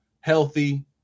healthy